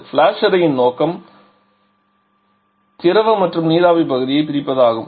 flash அறையின் நோக்கம் திரவ மற்றும் நீராவி பகுதியை பிரிப்பதாகும்